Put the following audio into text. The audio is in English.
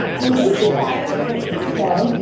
and in two thousand and six he said,